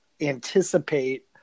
anticipate